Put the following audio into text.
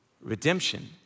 redemption